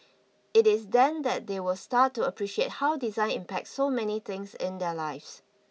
it is then that they will start to appreciate how design impacts so many things in their lives